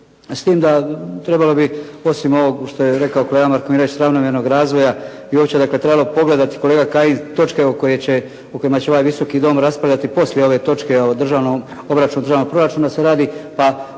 s tim da trebalo bi osim ovog što je rekao kolega …/Govornik se ne razumije./… ravnomjernog razvoja i uopće, dakle trebalo pogledati kolega Kajin točke o kojima će ovaj Visoki dom raspravljati o državnom, obračun državnog proračuna se radi, pa